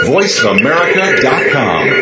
VoiceAmerica.com